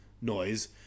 noise